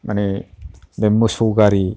माने बे मोसौ गारि